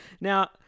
Now